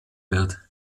wird